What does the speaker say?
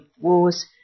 wars